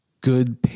good